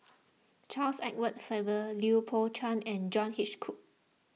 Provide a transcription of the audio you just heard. Charles Edward Faber Lui Pao Chuen and John Hitchcock